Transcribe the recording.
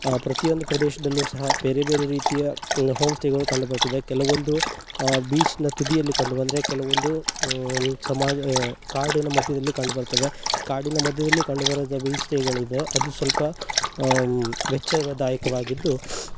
ಪ್ರತಿಯೊಂದು ಪ್ರದೇಶದಲ್ಲೂ ಸಹ ಬೇರೆ ಬೇರೆ ರೀತಿಯ ಹೋಮ್ ಸ್ಟೇಗಳು ಕಂಡುಬರ್ತದೆ ಕೆಲವೊಂದು ಬೀಚ್ನ ತುದಿಯಲ್ಲಿ ಕಂಡುಬಂದರೆ ಕೆಲವೊಂದು ಸಮಾಜ ಕಾಡಿನ ಮಧ್ಯದಲ್ಲಿ ಕಂಡುಬರ್ತದೆ ಕಾಡಿನ ಮಧ್ಯದಲ್ಲಿ ಕಂಡುಬರುವಂಥ ಬೀಚ್ ಸ್ಟೇಗಳಿದೆ ಅದು ಸ್ವಲ್ಪ ವೆಚ್ಚದಾಯಕವಾಗಿದ್ದು